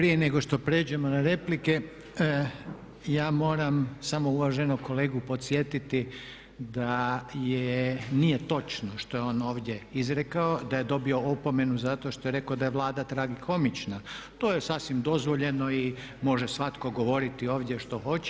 Prije nego što pređemo na replike ja moram samo uvaženog kolegu podsjetiti da nije točno što je on ovdje izrekao da je dobio opomenu zato što je rekao da je Vlada tragikomična, to je sasvim dozvoljeno i može svatko govoriti ovdje što hoće.